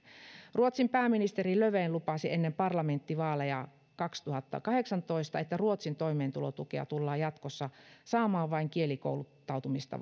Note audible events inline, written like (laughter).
ruotsin pääministeri löfven lupasi ennen parlamenttivaaleja kaksituhattakahdeksantoista että ruotsin toimeentulotukea tullaan jatkossa saamaan vain kielikouluttautumista (unintelligible)